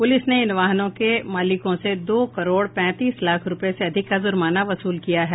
प्रलिस ने इन वाहनों के मालिकों से दो करोड़ पैंतीस लाख रूपये से अधिक का जुर्माना वसूल किया गया है